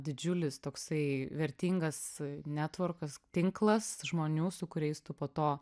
didžiulis toksai vertingas netvorkas tinklas žmonių su kuriais tu po to